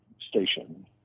station